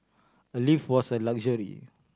a lift was a luxury